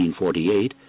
1848